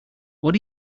what